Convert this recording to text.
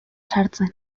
sartzen